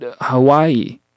Hawaii